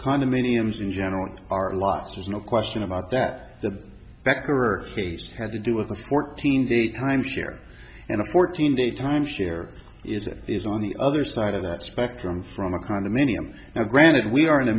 condominiums in general are lots is no question about that the backer had to do with a fourteen day time share and a fourteen day timeshare is it is on the other side of that spectrum from a condominium now granted we are in a